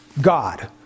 God